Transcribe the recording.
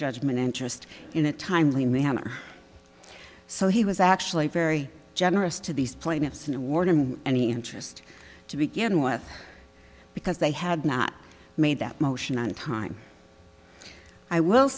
judgment interest in a timely manner so he was actually very generous to these plaintiffs and award him any interest to begin with because they had not made that motion on time i will